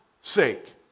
sake